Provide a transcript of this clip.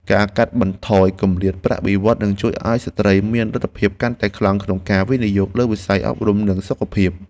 ការកាត់បន្ថយគម្លាតប្រាក់បៀវត្សរ៍នឹងជួយឱ្យស្ត្រីមានលទ្ធភាពកាន់តែខ្លាំងក្នុងការវិនិយោគលើវិស័យអប់រំនិងសុខភាព។